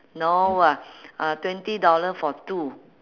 no ah uh twenty dollar for two